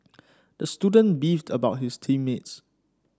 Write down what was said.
the student beefed about his team mates